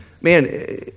Man